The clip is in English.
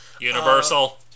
universal